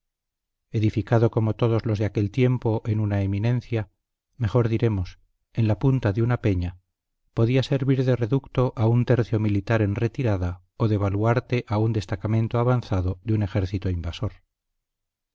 edificado como todos los de aquel tiempo en una eminencia mejor diremos en la punta de una peña podía servir de reducto a un tercio militar en retirada o de baluarte a un destacamento avanzado de un ejército invasor